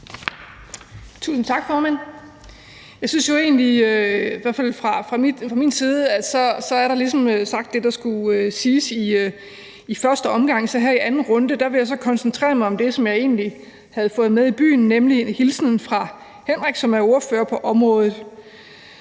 Tusind tak, formand. Jeg synes jo egentlig, at der i hvert fald fra min side ligesom er sagt det, der skulle siges i første omgang. Så her i anden runde vil jeg koncentrere mig om det, som jeg egentlig havde fået med i byen, nemlig en hilsen fra Henrik Vinther, som er ordfører på området.